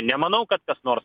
nemanau kad kas nors